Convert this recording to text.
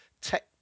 Tech